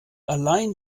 allein